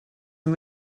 and